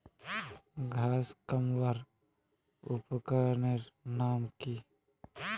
घांस कमवार उपकरनेर नाम की?